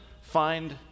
find